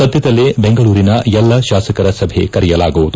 ಸದ್ದದಲ್ಲೇ ಬೆಂಗಳೂರಿನ ಎಲ್ಲ ಶಾಸಕರ ಸಭೆ ಕರೆಯಲಾಗುವುದು